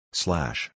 slash